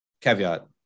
Caveat